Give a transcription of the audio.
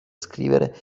scrivere